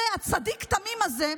הצדיק תמים הזה,